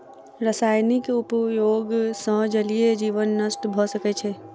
रासायनिक उपयोग सॅ जलीय जीवन नष्ट भ सकै छै